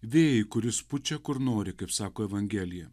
vėjui kuris pučia kur nori kaip sako evangelija